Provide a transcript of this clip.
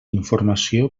informació